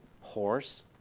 horse